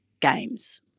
games